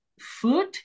food